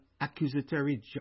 accusatory